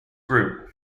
group